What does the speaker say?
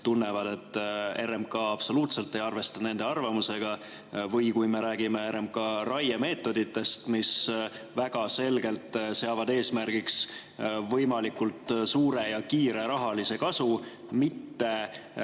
tunnevad, et RMK absoluutselt ei arvesta nende arvamusega. Me räägime ka RMK raiemeetoditest, mis väga selgelt seavad eesmärgiks võimalikult suure ja kiire rahalise kasu, mitte